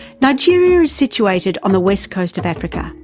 nigeria is situated on the west coast of africa.